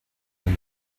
ihre